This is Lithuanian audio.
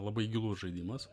labai gilus žaidimas